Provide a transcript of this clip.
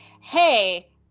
hey